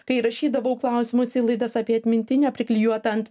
kai rašydavau klausimus į laidas apie atmintinę priklijuotą ant